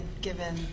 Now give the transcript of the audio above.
given